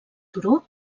turó